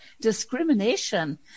Discrimination